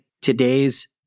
today's